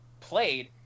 played